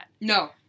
No